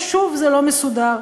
ושוב זה לא מסודר.